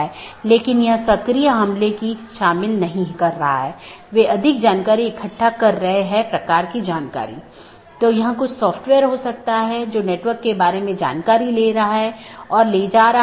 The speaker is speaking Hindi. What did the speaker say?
इसलिए open मेसेज दो BGP साथियों के बीच एक सेशन खोलने के लिए है दूसरा अपडेट है BGP साथियों के बीच राउटिंग जानकारी को सही अपडेट करना